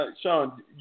Sean